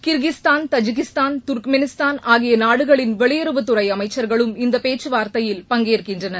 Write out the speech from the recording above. Kyrgyzstan Tajikistan Turkmenistan ஆகிய நாடுகளின் வெளியுறவு துறை அமைச்சர்களும் இந்த பேச்சுவார்த்தையில் பங்கேற்கின்றனர்